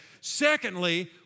Secondly